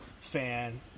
fan